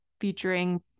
featuring